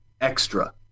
extra